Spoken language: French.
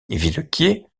villequier